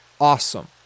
awesome